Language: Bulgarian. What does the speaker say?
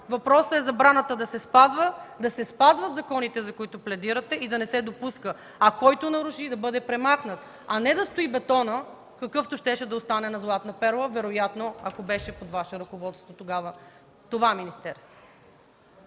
Въпросът е забраната да се спазва, да се спазват законите, за които пледирате, и да не се допуска нарушение, а който наруши, да бъде премахнат, а не да стои бетонът, какъвто щеше да остане на „Златна перла” вероятно, ако тогава това министерство